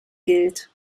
gilt